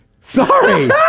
Sorry